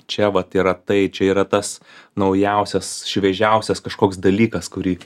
čia vat yra tai čia yra tas naujausias šviežiausias kažkoks dalykas kurį